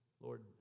Lord